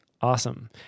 Awesome